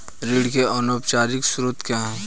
ऋण के अनौपचारिक स्रोत क्या हैं?